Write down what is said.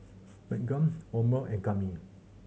Meaghan Omer and Kami